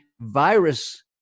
virus